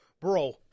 Bro